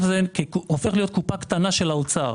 הזה הופך להיות קופה קטנה של האוצר.